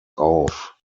auf